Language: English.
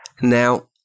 Now